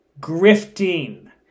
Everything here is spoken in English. Grifting